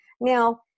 now